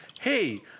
hey